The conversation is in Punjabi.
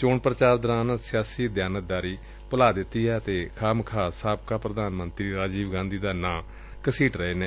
ਚੋਣ ਪ੍ਰਚਾਰ ਦੌਰਾਨ ਸਿਆਸੀ ਦਿਆਨਤਦਾਰੀ ਭੁਲਾ ਦਿੱਤੀ ਏ ਅਤੇ ਖਾਮ ਖਾਹ ਸਾਬਕਾ ਪ੍ਰਧਾਨ ਮੰਤਰੀ ਰਾਜੀਵ ਗਾਂਧੀ ਦਾ ਨਾਂ ਘਸੀਟ ਰਹੇ ਨੇ